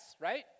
right